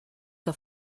que